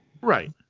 Right